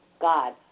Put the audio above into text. God